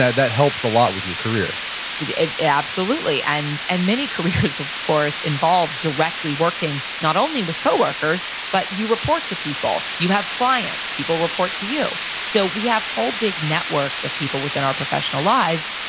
that that helps a lot with your career but absolutely. and and many careers, of course, involved directly working not only with coworkers, but you report to people, you have clients, people report to you. so we have whole big networks of people within our professional lives.